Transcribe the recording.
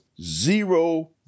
zero